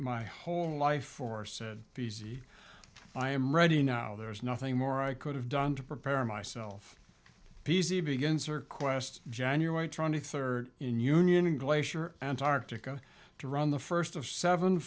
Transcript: my whole life for said b c i am ready now there is nothing more i could have done to prepare myself p z begins her quest january twenty third in union glacier antarctica to run the first of seven